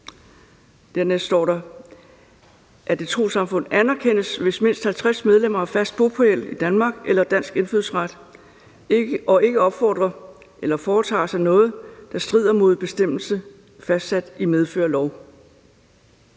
Dernæst står der, at et trossamfund anerkendes, hvis mindst 50 medlemmer har fast bopæl i Danmark eller dansk indfødsret, og ikke opfordrer til eller foretager noget, der strider mod bestemmelser fastsat i medfør af lov.